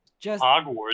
Hogwarts